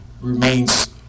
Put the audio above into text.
remains